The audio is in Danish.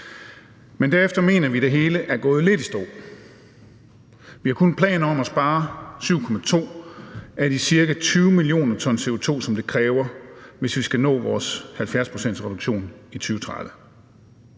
Men vi mener, at det hele derefter er gået lidt i stå. Vi har kun planer om at spare 7,2 af de ca. 20 mio. t CO2, som det kræver, hvis vi skal nå vores 70-procentsreduktion i 2030.